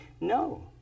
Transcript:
no